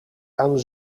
aan